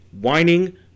whining